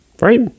right